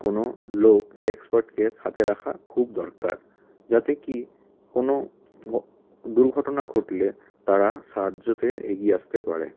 কোনো লোক এক্সপার্টকে সাথে রাখা খুব দরকার যাতে কি কোনো ঘ দুর্ঘটনা ঘটলে তারা সাহায্যতে এগিয়ে আসতে পারে